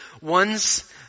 ones